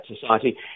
society